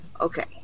Okay